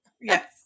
Yes